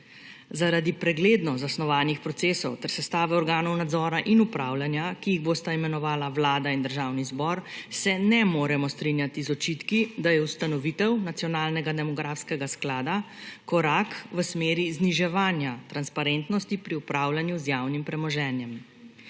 Zaradi pregledno zasnovanih procesov ter sestave organov nadzora in upravljanja, ki jih boste imenovala Vlada in Državni zbor, se ne moremo strinjati z očitki, da je ustanovitev nacionalnega demografskega sklada korak v smeri zniževanja transparentnosti pri upravljanju z javnim premoženjem.